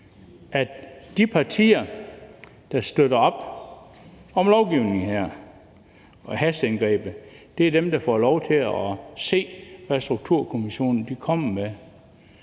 at de partier, der støtter op om lovgivningen og hasteindgrebet her, er dem, der får lov til at se, hvad lønstrukturkomitéen kommer med.